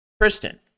Kristen